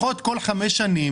חמש שנים,